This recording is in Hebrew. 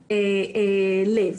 לב.